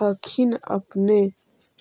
हखिन अपने?